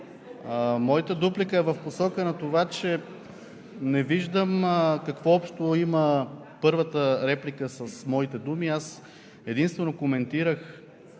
Моята дуплика е в посока на това, че не виждам какво общо има първата реплика с моите думи. Аз единствено коментирах